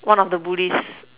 one of the bullies